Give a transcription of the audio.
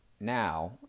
now